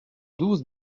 douze